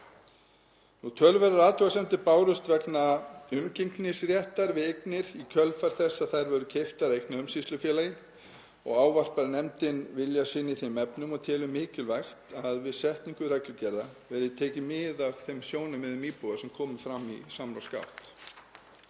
Töluverðar athugasemdir bárust vegna umgengnisréttar við eignir í kjölfar þess að þær voru keyptar af eignaumsýslufélagi. Fjallar nefndin um vilja sinn í þeim efnum og telur mikilvægt að við setningu reglugerða verði tekið mið af þeim sjónarmiðum íbúa sem komu fram í samráðsgátt.